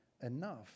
enough